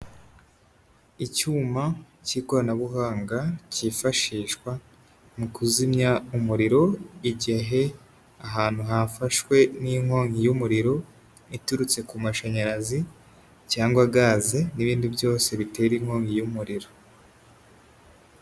Icyuma cy'ikoranabuhanga cyifashishwa mu kuzimya umuriro igihe ahantu hafashwe n'inkongi y'umuriro iturutse ku mashanyarazi cyangwa gaze n'ibindi byose bitera inkongi y'umuriro.